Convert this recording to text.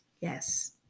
Yes